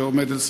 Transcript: שעומד,